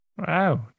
Wow